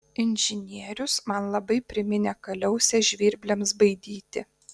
inžinierius man labai priminė kaliausę žvirbliams baidyti